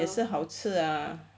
也是好吃 ah